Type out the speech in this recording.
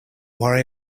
worry